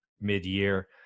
mid-year